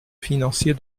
financier